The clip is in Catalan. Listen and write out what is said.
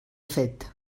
fet